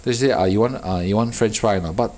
then she say ah you want uh you want french fry anot but